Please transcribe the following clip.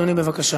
אדוני, בבקשה.